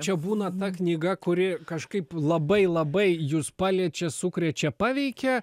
čia būna ta knyga kuri kažkaip labai labai jus paliečia sukrečia paveikia